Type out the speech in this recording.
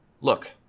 Look